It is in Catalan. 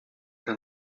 que